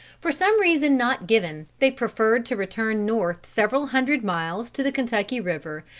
for some reason not given, they preferred to return north several hundred miles to the kentucky river,